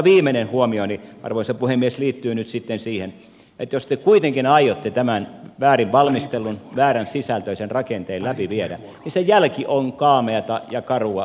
viimeinen huomioni arvoisa puhemies liittyy nyt sitten siihen että jos te kuitenkin aiotte tämän väärin valmistellun vääränsisältöisen rakenteen läpi viedä niin sen jälki on kaameata ja karua eräillä alueilla